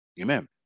Amen